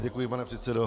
Děkuji, pane předsedo.